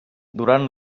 durant